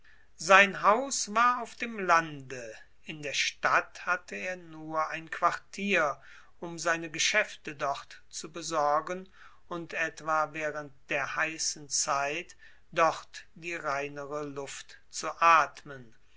sein haus war auf dem lande in der stadt hatte er nur ein quartier um seine geschaefte dort zu besorgen und etwa waehrend der heissen zeit dort die reinere luft zu atmen